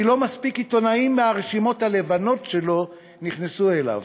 כי לא מספיק עיתונאים מהרשימות הלבנות שלו נכנסו אליו,